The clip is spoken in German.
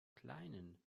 kleinen